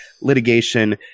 litigation